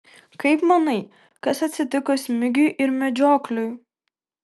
kaip manai kas atsitiko smigiui ir medžiokliui